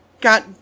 got-